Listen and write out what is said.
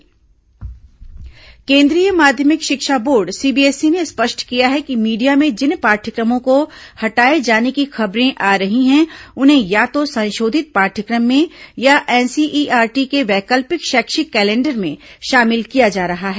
CBSE बयान केंद्रीय माध्यमिक शिक्षा बोर्ड सीबीएसई ने स्पष्ट किया है कि मीडिया में जिन पाठ्यक्रमों को हटाए जाने की खबरें आ रही हैं उन्हें या तो संशोधित पाठ्यक्रम में या एनसीईआरटी के वैकल्पिक शैक्षिक कैलेंडर में शामिल किया जा रहा है